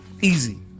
Easy